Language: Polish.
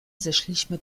zeszliśmy